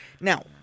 Now –